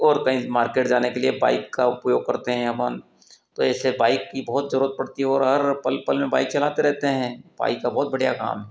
और कहीं मार्केट जाने के लिए बाइक का उपयोग करते हैं अपन तो ऐसे बाइक की बहुत ज़रूरत पड़ती है और हर पल पल में बाइक चलाते रहते हैं बाइक का बहुत बढ़िया काम